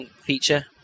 feature